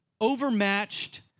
overmatched